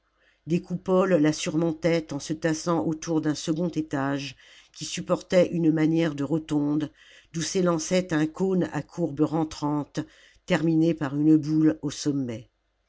des coupoles la surmontaient en se tassant autour d'un second étage qui supportait une manière de rotonde d'oii s'élançait un cône à courbe rentrante terminé par une boule au sommet